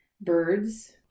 birds